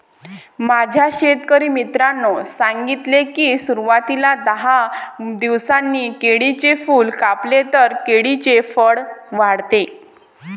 माझ्या शेतकरी मित्राने सांगितले की, सुरवातीला दहा दिवसांनी केळीचे फूल कापले तर केळीचे फळ वाढते